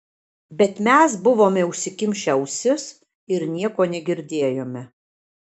bet mes buvome užsikimšę ausis ir nieko negirdėjome